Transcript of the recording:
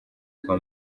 kwa